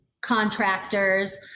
contractors